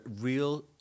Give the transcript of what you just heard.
real